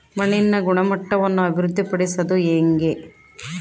ಮಣ್ಣಿನ ಗುಣಮಟ್ಟವನ್ನು ಅಭಿವೃದ್ಧಿ ಪಡಿಸದು ಹೆಂಗೆ?